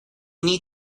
need